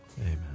Amen